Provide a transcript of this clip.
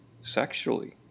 sexually